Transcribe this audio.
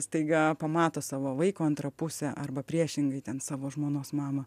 staiga pamato savo vaiko antrą pusę arba priešingai ten savo žmonos mamą